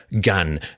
gun